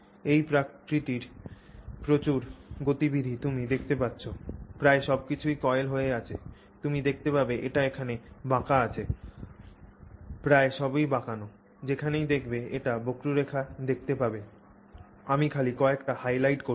এই প্রকৃতির প্রচুর গতিবিধি তুমি দেখতে পাচ্ছ প্রায় সবকিছুই কয়েল হয়ে আছে তুমি দেখতে পাবে এটি এখানে বাঁকা আছে প্রায় সবই বাঁকানো যেখানেই দেখবে একটি বক্ররেখা দেখতে পাবে আমি খালি কয়েকটা হাইলাইট করছি